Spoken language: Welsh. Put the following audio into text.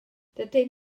dydyn